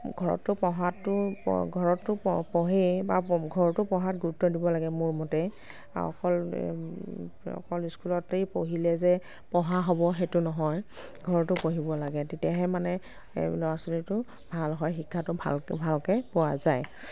ঘৰততো পঢ়াটো ঘৰততো প পঢ়েই বা ঘৰতো পঢ়াত গুৰুত্ৱ দিব লাগে মোৰমতে অকল অকল স্কুলতেই পঢ়িলেই যে পঢ়া হ'ব সেইটো নহয় ঘৰতো পঢ়িব লাগে তেতিয়াহে মানে এই ল'ৰা ছোৱালীটো ভাল হয় শিক্ষাটো ভালকৈ ভালকৈ পোৱা যায়